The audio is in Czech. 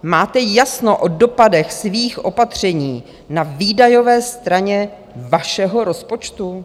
Máte jasno o dopadech svých opatření na výdajové straně vašeho rozpočtu?